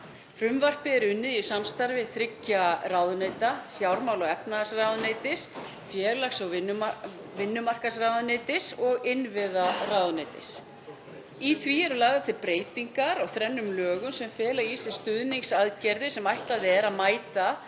Frumvarpið er unnið í samstarfi þriggja ráðuneyta, fjármála- og efnahagsráðuneytis, félags- og vinnumarkaðsráðuneytis og innviðaráðuneytis. Í því eru lagðar til breytingar á þrennum lögum sem fela í sér stuðningsaðgerðir sem ætlað er að mæta